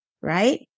right